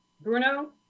Bruno